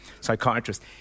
psychiatrist